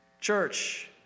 Church